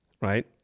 right